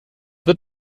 wird